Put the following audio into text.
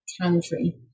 country